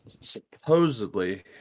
supposedly